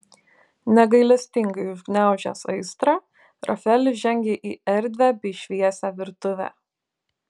negailestingai užgniaužęs aistrą rafaelis žengė į erdvią bei šviesią virtuvę